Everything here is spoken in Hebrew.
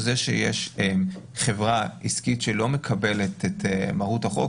זה שיש חברה עסקית שלא מקבלת את מרות החוק,